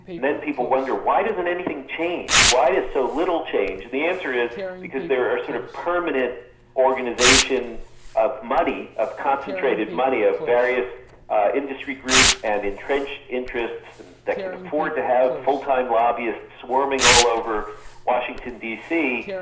then people wonder why doesn't anything change, why is there so little change? the answer is because there are sort of permanent organisations of money, of concentrated money of various industry groups and entrenched interests that can afford to have full-time lobbyists swarming all over washington dc,